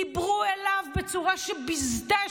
דיברו אליו בצורה שביזתה.